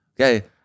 okay